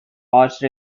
horse